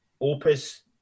opus